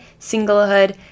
singlehood